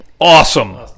awesome